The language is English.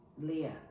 Leah